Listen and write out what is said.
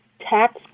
tax